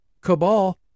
cabal